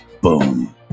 Boom